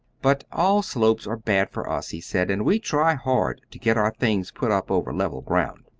but all slopes are bad for us, he said, and we try hard to get our things put up over level ground.